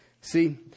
See